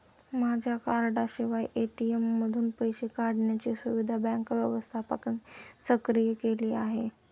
माझ्या कार्डाशिवाय ए.टी.एम मधून पैसे काढण्याची सुविधा बँक व्यवस्थापकाने सक्रिय केली आहे